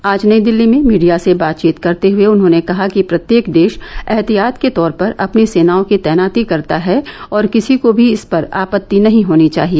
आज नई दिल्ली में मीडिया से बातचीत करते हुए उन्होंने कहा कि प्रत्येक देश ऐहतियात के तौर पर अपनी सेनाओं की तैनाती करता है और किसी को भी इस पर आपत्ति नहीं होनी चाहिए